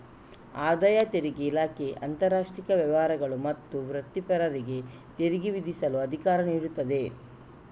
ಆದಾಯ ತೆರಿಗೆ ಇಲಾಖೆಗೆ ಅಂತರಾಷ್ಟ್ರೀಯ ವ್ಯವಹಾರಗಳು ಮತ್ತು ವೃತ್ತಿಪರರಿಗೆ ತೆರಿಗೆ ವಿಧಿಸಲು ಅಧಿಕಾರ ನೀಡುತ್ತದೆ